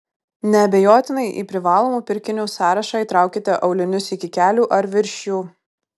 neabejotinai į privalomų pirkinių sąrašą įtraukite aulinius iki kelių ar virš jų